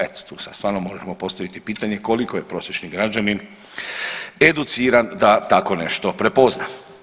Eto, tu sad stvarno moramo postaviti pitanje koliko je prosječni građanin educiran da tako nešto prepozna?